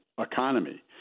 economy